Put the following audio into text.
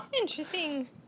interesting